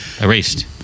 Erased